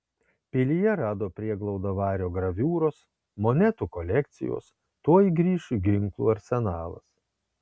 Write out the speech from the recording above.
pilyje rado prieglaudą vario graviūros monetų kolekcijos tuoj grįš ginklų arsenalas